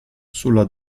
sulla